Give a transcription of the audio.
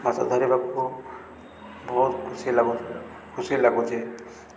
ମାଛ ଧରିବାକୁ ବହୁତ ଖୁସି ଲାଗୁଛି ଖୁସି ଲାଗୁଛି